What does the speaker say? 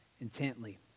intently